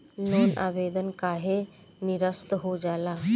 Loan आवेदन काहे नीरस्त हो जाला?